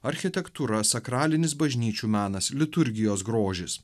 architektūra sakralinis bažnyčių menas liturgijos grožis